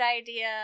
idea